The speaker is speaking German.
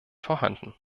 vorhanden